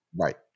Right